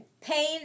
Pain